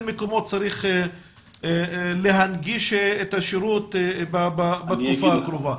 מקומות צריך להנגיש את השירות בתקופה הקרובה.